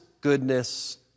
goodness